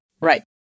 Right